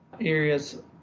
areas